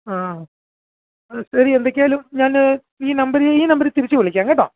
ആ ശരി എന്തൊക്കെ ആയാലും ഞാൻ ഈ നമ്പരീ ഈ നമ്പരീ തിരിച്ച് വിളിക്കാം കേട്ടോ